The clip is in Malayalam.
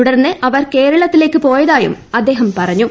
തുടർന്ന് അവർ കേരളത്തിലേക്കു പോയതായും അദ്ദേഹം പറഞ്ഞു